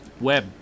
web